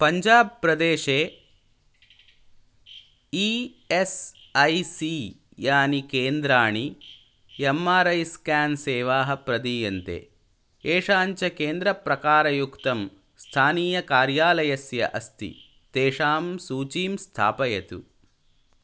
पञ्जाब् प्रदेशे E S I C यानि केन्द्राणि एम् आर् ऐ स्केन् सेवाः प्रदीयन्ते येषां च केन्द्रप्रकारयुक्तं स्थानीयकार्यालयस्य अस्ति तेषां सूचीं स्थापयतु